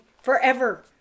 forever